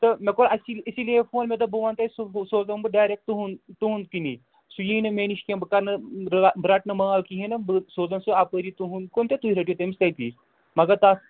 تہٕ مےٚ کوٚر اَسی اسی لیے فون مےٚ دوٚپ بہٕ وَنہٕ تۄہہِ صُبحُہ سوزنو بہٕ ڈَرٮ۪ک تُہُنٛد تُہُنٛد کِنی سُہ یی نہٕ مےٚ نِش کیٚنہہ بہٕ کَرنہٕ بہٕ رَٹنہٕ مال کہیٖنۍ نہٕ بہٕ سوزنَے سُہ اَپٲری تُہُنٛد کُن تہٕ تُہۍ رٔٹِو تٔمِس تٔتی مگر تَتھ